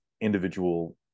individual